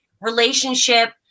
relationship